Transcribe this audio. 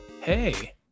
Hey